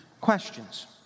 questions